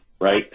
right